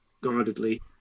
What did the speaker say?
guardedly